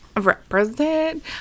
Represent